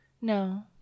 no